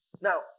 Now